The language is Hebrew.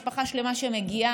משפחה שלמה שמגיעה,